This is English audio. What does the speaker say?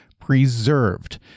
Preserved